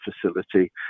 facility